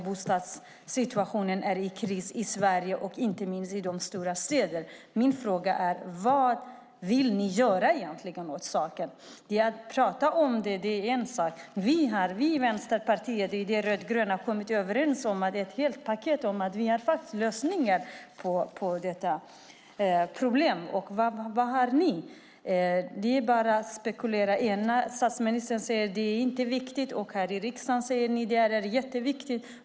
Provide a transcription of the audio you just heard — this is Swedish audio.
Bostadssituationen i Sverige är i kris, inte minst i de stora städerna. Min fråga är: Vad vill ni egentligen göra åt saken? Det är en sak att prata om det. Vi rödgröna har kommit överens om ett helt paket av lösningar på detta problem. Vad har ni? Ni bara spekulerar. Statsministern säger att det inte är viktigt. Här i riksdagen säger ni att det är jätteviktigt.